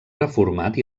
reformat